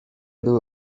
były